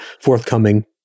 forthcoming